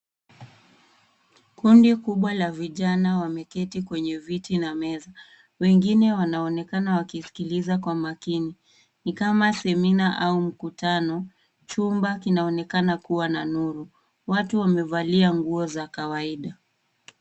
Kundi kubwa la vijana wameketi kwenye viti na meza. Wengine wanaonekana wakisikiliza kwa makini. Ni kama semina ama mkutano. Chumba kinaonekana kuwa na nuru. Watu wamevalia nguo za kawaida.